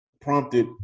prompted